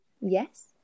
yes